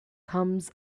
comes